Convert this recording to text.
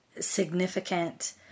significant